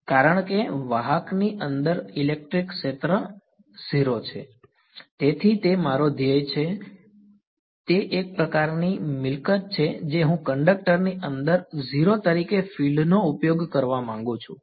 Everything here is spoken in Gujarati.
E કારણ કે વાહકની અંદર ઇલેક્ટ્રિક ક્ષેત્ર 0 છે તેથી તે મારો ધ્યેય છે તે એક પ્રકારની મિલકત છે જે હું કંડક્ટર ની અંદર 0 તરીકે ફીલ્ડનો ઉપયોગ કરવા માંગુ છું